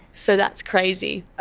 so that's crazy.